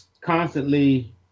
constantly